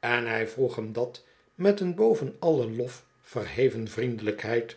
en hij vroeg hem dat met een boven allen lof verheven vriendelijkheid